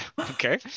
okay